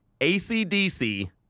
ACDC